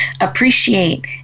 appreciate